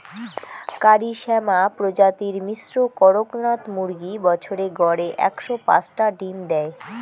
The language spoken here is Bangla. কারি শ্যামা প্রজাতির মিশ্র কড়কনাথ মুরগী বছরে গড়ে একশো পাঁচটা ডিম দ্যায়